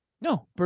No